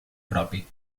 propi